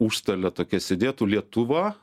užstalė tokia sėdėtų lietuva